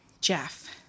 Jeff